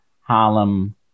Harlem